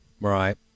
Right